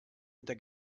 unter